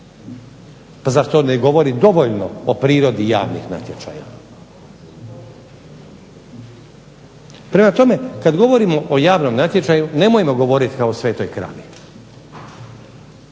zar to ne govori dovoljno o prirodi javnih natječaja. Prema tome, kada govorimo javnom natječaju nemojmo govoriti kao o svetoj kravi.